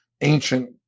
ancient